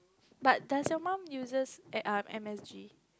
but does your mum uses a um M_S_G